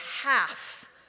half